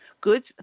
goods